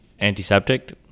antiseptic